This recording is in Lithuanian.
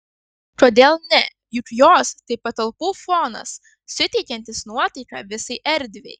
kodėl ne juk jos tai patalpų fonas suteikiantis nuotaiką visai erdvei